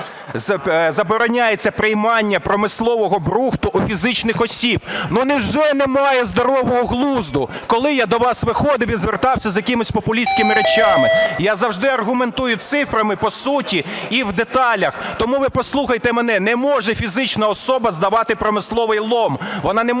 "Забороняється приймання промислового брухту у фізичних осіб". Ну, невже немає здорового глузду? Коли я до вас виходив і звертався з якимись популістськими речами? Я завжди аргументую цифрами, по суті і в деталях. Тому ви послухайте мене, не може фізична особа здавати промисловий лом, вона не може